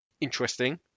interesting